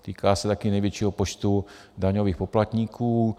Týká se taky největšího počtu daňových poplatníků.